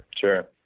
Sure